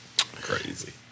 Crazy